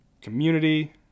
community